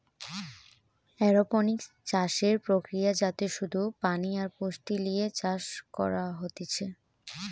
aeroponics চাষের প্রক্রিয়া যাতে শুধু পানি আর পুষ্টি লিয়ে চাষ করা হতিছে